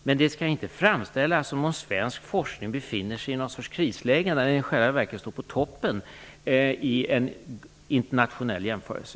Men det skall inte framställas som om svensk forskning befinner sig i någon sorts krisläge, när den i själva verket står på toppen i en internationell jämförelse.